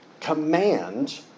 command